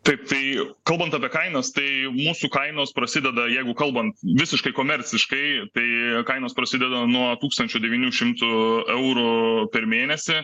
taip tai kalbant apie kainas tai mūsų kainos prasideda jeigu kalbant visiškai komerciškai tai kainos prasideda nuo tūkstančio devynių šimtų eurų per mėnesį